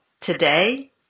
today